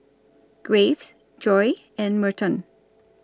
Graves Joye and Merton